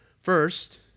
First